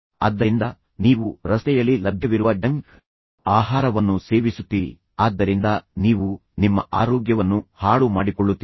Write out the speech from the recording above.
ಆದ್ದರಿಂದ ನೀವು ರಸ್ತೆಯಲ್ಲಿ ಲಭ್ಯವಿರುವ ಜಂಕ್ ಆಹಾರವನ್ನು ಸೇವಿಸುತ್ತೀರಿ ಆದ್ದರಿಂದ ನೀವು ನಿಮ್ಮ ಆರೋಗ್ಯವನ್ನು ಹಾಳು ಮಾಡಿಕೊಳ್ಳುತ್ತೀರಿ